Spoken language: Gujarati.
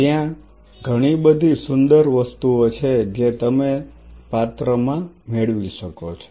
ત્યાં ઘણી બધી સુંદર વસ્તુઓ છે જે તમે પાત્ર માં મેળવી શકો છો